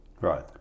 right